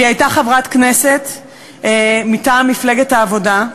והיא הייתה חברת כנסת מטעם מפלגת העבודה.